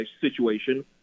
situation